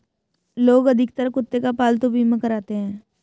लोग अधिकतर कुत्ते का पालतू बीमा कराते हैं